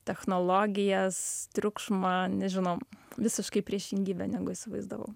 technologijas triukšmą nežinau visiškai priešingybė negu įsivaizdavau